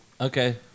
Okay